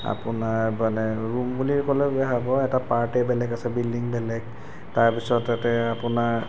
আপোনাৰ মানে ৰূম বুলি ক'লে বেয়া হ'ব এটা পাৰ্টেই বেলেগ আছে বিল্ডিং বেলেগ তাৰপিছত তাতে আপোনাৰ